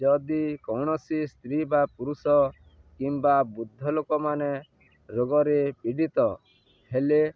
ଯଦି କୌଣସି ସ୍ତ୍ରୀ ବା ପୁରୁଷ କିମ୍ବା ବୃଦ୍ଧ ଲୋକମାନେ ରୋଗରେ ପୀଡ଼ିତ ହେଲେ